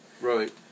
Right